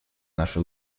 наши